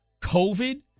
COVID